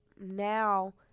now